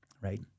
right